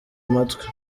amatwi